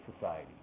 society